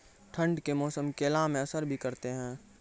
ठंड के मौसम केला मैं असर भी करते हैं?